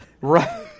right